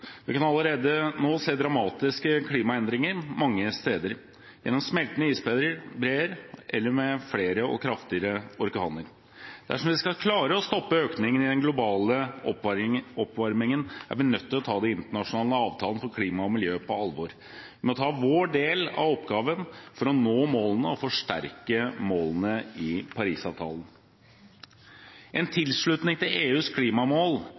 Vi kan allerede nå se dramatiske klimaendringer mange steder, som smeltende isbreer eller flere og kraftigere orkaner. Dersom vi skal klare å stoppe økningen i den globale oppvarmingen, er vi nødt til å ta den internasjonale avtalen for klima og miljø på alvor. Vi må ta vår del av oppgaven for å nå målene og forsterke målene i Paris-avtalen. En tilslutning til EUs klimamål